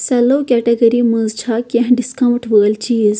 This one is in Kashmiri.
سٮ۪لو کیٹَگری مَنٛز چھا کینٛہہ ڈسکاونٛٹ وٲلۍ چیٖز